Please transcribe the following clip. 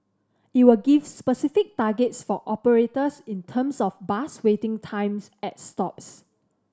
it will give specific targets for operators in terms of bus waiting times at stops